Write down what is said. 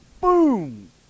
Boom